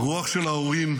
הרוח של ההורים,